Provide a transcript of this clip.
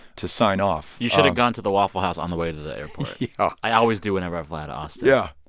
to sign off you should've gone to the waffle house on the way to the airport yeah i always do whenever i fly to austin yeah.